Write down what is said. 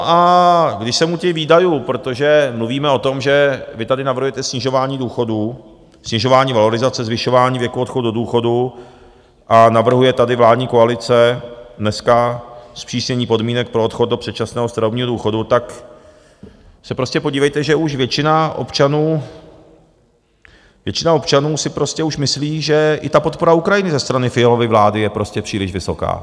A když jsem u těch výdajů, protože mluvíme o tom, že vy tady navrhujete snižování důchodů, snižování valorizace, zvyšování věku odchodu do důchodu, a navrhuje tady vládní koalice dneska zpřísnění podmínek pro odchod do předčasného starobního důchodu, tak se podívejte, že většina občanů si prostě už myslí, že i ta podpora Ukrajiny ze strany Fialovy vlády je prostě příliš vysoká.